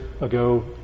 ago